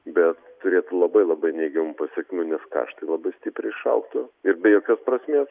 bet turėtų labai labai neigiamų pasekmių nes kaštai labai stipriai išaugtų ir be jokios prasmės